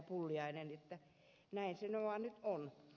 pulliainen näin se vaan nyt on